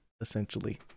essentially